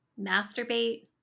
masturbate